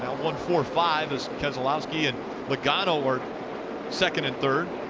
one, four, five, as keselowski and logano are second and third.